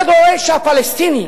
אתה דורש שהפלסטינים